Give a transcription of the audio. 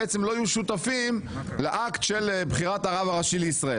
בעצם לא יהיו שותפים לאקט של בחירת הרב הראשי לישראל.